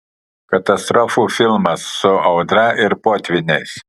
katastrofų filmas su audra ir potvyniais